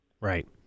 Right